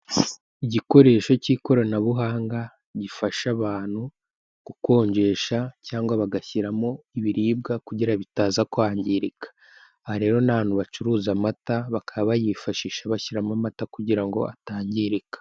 Igikoresho cy'ikoranabuhanga, gifasha abantu gukonjesha cyangwa bagashyiramo ibiribwa kugira bitaza kwangirika, Aha rero ni ahantu bacuruza amata bakaba bayifashisha bashyiramo amata kugira ngo atangirika.